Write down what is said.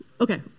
Okay